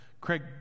Craig